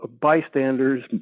bystanders